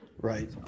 Right